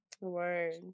word